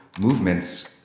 movements